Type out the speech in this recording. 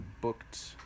booked